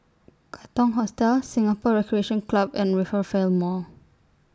Katong Hostel Singapore Recreation Club and Rivervale Mall